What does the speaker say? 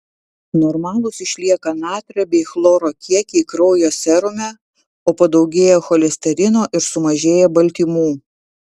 normalūs išlieka natrio bei chloro kiekiai kraujo serume o padaugėja cholesterino ir sumažėja baltymų